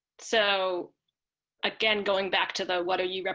so again, going back to the. what are you,